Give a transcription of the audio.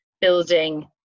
building